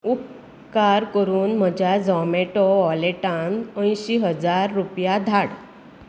उपकार करून म्हज्या झोमेटो वॉलेटांत अंयशीं हजार रुपया धाड